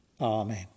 Amen